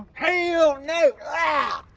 hell no! ah